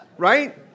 Right